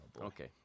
Okay